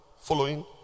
Following